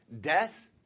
death